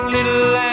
Little